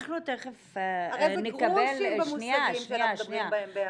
אנחנו תיכף נקבל -- הרי זה גרושים במושגים שאנחנו מדברים בהם.